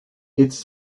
its